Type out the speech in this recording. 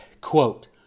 quote